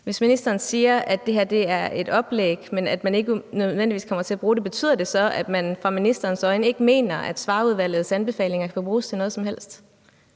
Hvis ministeren siger, at det her er et oplæg, men at man ikke nødvendigvis kommer til at bruge det, betyder så, at man i ministerens øjne ikke mener, at Svarerudvalgets anbefalinger kan bruges til noget som helst?